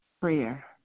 prayer